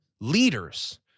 leaders